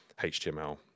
HTML